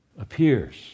appears